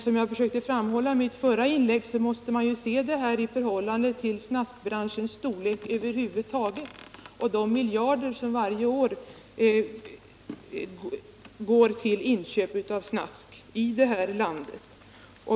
Som jag försökte framhålla i mitt förra inlägg måste man emellertid se det i sammanhang med snaskbranschens storlek över huvud taget och de miljarder som varje år går till inköp av snask här i landet.